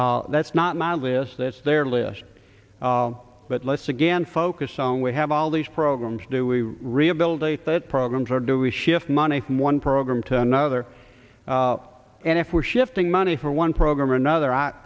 s that's not my list that's their list but let's again focus on we have all these programs do we rehabilitate that programs or do we shift money from one program to another and if we're shifting money for one program or another